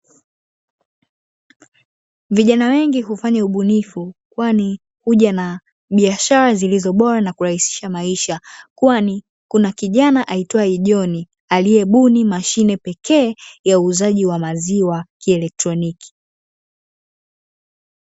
Vijana wengi hufanya ubunifu kwani huja na biashara zilizo bora na kurahisisha maisha, kwani kuna kijana aitwaye john aliyebuni mashine pekee ya uuzaji wa maziwa kielektroniki.